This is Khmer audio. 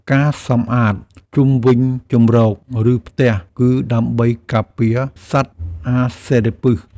ការសម្អាតជុំវិញជម្រក ឬផ្ទះ គឺដើម្បីការពារសត្វអាសិរពិស។